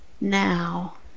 now